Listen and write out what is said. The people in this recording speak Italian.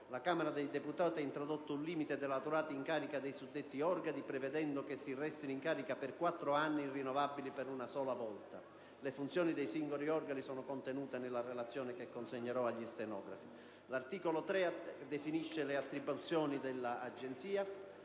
La Camera dei deputati ha introdotto un limite alla durata in carica dei suddetti organi, prevedendo che essi restino in carica per quattro anni, rinnovabili per una sola volta. Le funzioni dei singoli organi sono indicate nella relazione che intendo consegnare. L'articolo 3 definisce le attribuzioni degli